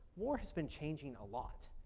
war has been changing a lot.